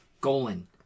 Golan